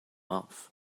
off